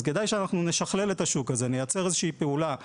כדאי שאנחנו נשכלל את השוק הזה; נייצר פעולה אחת,